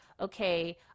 okay